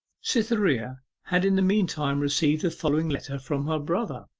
cytherea had in the meantime received the following letter from her brother.